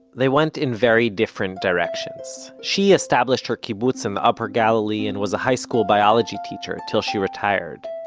they went in very different directions. she established her kibbutz in the upper galilee, and was a high school biology teacher till she retired.